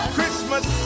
Christmas